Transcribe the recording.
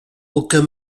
aucun